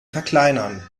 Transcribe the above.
verkleinern